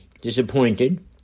disappointed